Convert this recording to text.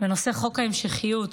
בנושא חוק ההמשכיות.